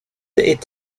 est